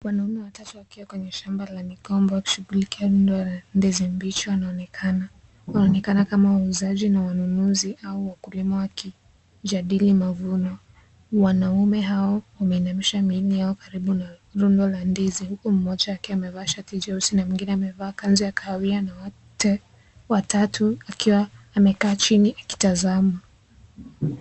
Wanaume watatu wakiwa kwenye shamba la mikombo kushughulikia rundo la ndizi mbichi wanaonekana . Wanaonekana kama wauzaji na wanunuzi au wakulima wakijjadili mavuno. Wanaume hao wameinamisha mili yao karibu na rundo la ndizi huku mmoja akiwa amevaa shati jeusi na mwingine amevaa kanzu ya kahawia na wote watatu akiwa amekaa chini akitazama.